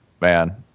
Man